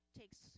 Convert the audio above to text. takes